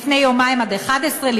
לפני יומיים עד 23:00,